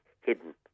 hidden